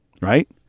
Right